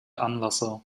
anlasser